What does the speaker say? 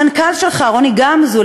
המנכ"ל שלך רוני גמזו,